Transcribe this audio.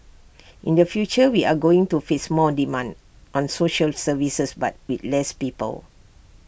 in the future we are going to face more demand on social services but with less people